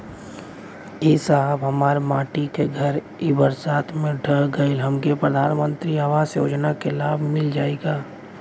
ए साहब हमार माटी क घर ए बरसात मे ढह गईल हमके प्रधानमंत्री आवास योजना क लाभ मिल जाई का?